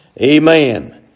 Amen